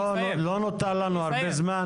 לא נותר לנו הרבה זמן.